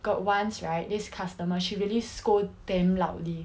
got once right this customer she really scold damn loudly